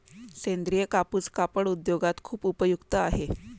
सेंद्रीय कापूस कापड उद्योगात खूप उपयुक्त आहे